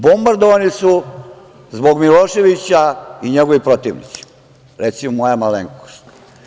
Bombardovani su zbog Miloševića i njegovi protivnici, recimo moja malenkost.